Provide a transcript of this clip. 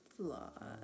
vlog